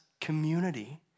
community